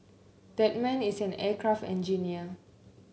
that man is an aircraft engineer